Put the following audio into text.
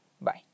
Bye